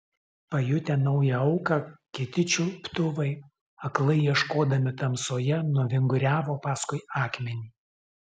pajutę naują auką kiti čiuptuvai aklai ieškodami tamsoje nuvinguriavo paskui akmenį